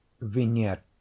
Vignette